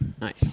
nice